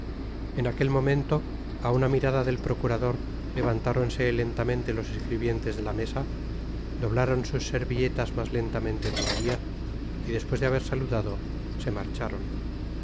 en aquel momento á una mirada del procurador levantáronse lentamente i los escribientes de la mesa doblaron sus servilletas mas lentamente todavía y despues de haber saludado se marcharon